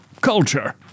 culture